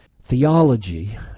theology